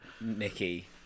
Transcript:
Nicky